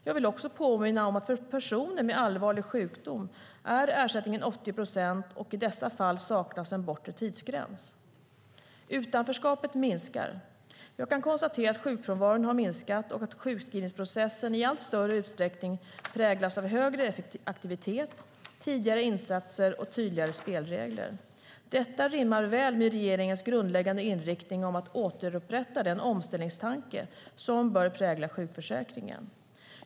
Jag vill också påminna om att för personer med allvarlig sjukdom är ersättningen 80 procent, och i dessa fall saknas en bortre tidsgräns. Utanförskapet minskar. Jag kan konstatera att sjukfrånvaron har minskat och att sjukskrivningsprocessen i allt större utsträckning präglas av högre aktivitet, tidigare insatser och tydligare spelregler. Detta rimmar väl med regeringens grundläggande inriktning om att återupprätta den omställningstanke som bör prägla sjukförsäkringen.